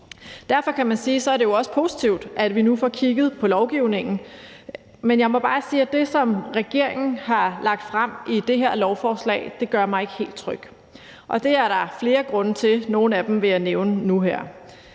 sige, at det jo også er positivt, at vi nu får kigget på lovgivningen, men jeg må bare sige, at det, som regeringen har lagt frem i det her lovforslag, ikke gør mig helt tryg. Det er der flere grunde til. Nogle af dem vil jeg nævne nu her.